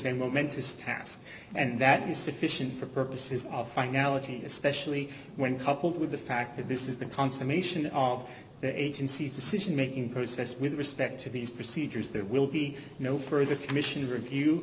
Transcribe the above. a momentous task and that is sufficient for purposes of finality especially when coupled with the fact that this is the consummation of the agency's decision making process with respect to these procedures there will be no further commission review